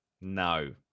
No